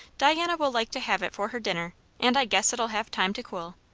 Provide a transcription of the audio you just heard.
diana will like to have it for her dinner and i guess it'll have time to cool.